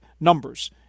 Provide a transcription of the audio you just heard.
numbers